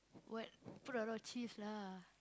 what put a lot of cheese lah